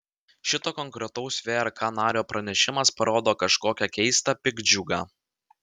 šito konkretaus vrk nario pranešimas parodo kažkokią keistą piktdžiugą